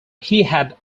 had